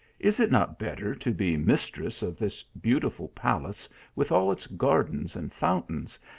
is it not better to be mistress of this beautiful palace with all its gar dens and fountains,